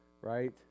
right